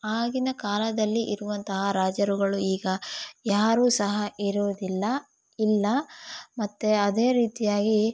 ಆಗಿನ ಕಾಲದಲ್ಲಿ ಇರುವಂತಹ ರಾಜರುಗಳು ಈಗ ಯಾರು ಸಹ ಇರುವುದಿಲ್ಲ ಇಲ್ಲ ಮತ್ತೆ ಅದೇ ರೀತಿಯಾಗಿ